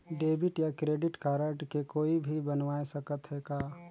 Debit या credit card के कोई भी बनवाय सकत है का?